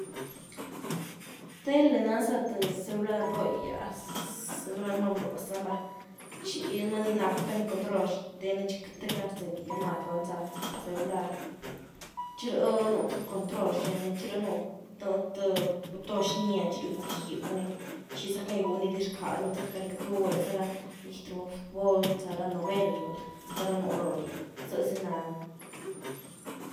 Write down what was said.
Tele na’za th celular bro’gyaz, zyga nany numa brózany va, txi numa ny nap cany control xteny, txi queity gacan gyzeny llamad lony za celular, txi ry nu’ th control xteny, txi ry nu’ th buton xnya, txi y gycugiwny, txi zacan gigwyw nidiz rcazu, val za caricaturë, za ra rgyt raba fut bol, za ra novel, za ra nu’ loogui, zyzy nany.